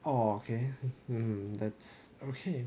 oh okay um that's okay